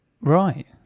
Right